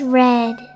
red